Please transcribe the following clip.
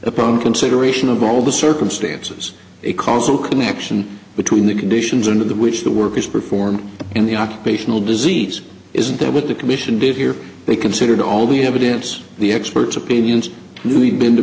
upon consideration of all the circumstances a causal connection between the conditions under which the work is performed and the occupational disease isn't that what the commission did here they considered all the evidence the experts opinions knew we'd been to